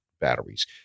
batteries